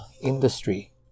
industry